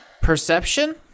Perception